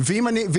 או